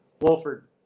Wolford